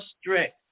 strict